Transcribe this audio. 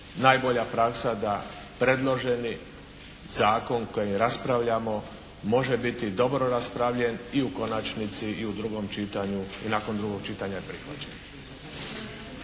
najbolja praksa da predloženi zakon koji raspravljamo može biti dobro raspravljeni i u konačnici i u drugom čitanju i nakon drugog čitanja prihvaćen.